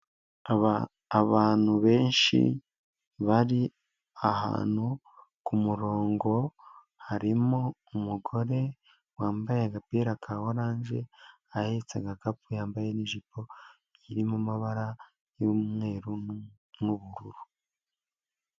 Abantu benshi bari ahantu ku murongo, harimo umugore wambaye agapira ka orange, ahetse agakapu, yambaye n'ijipo irimo m amabara y'umweru n'ubururu.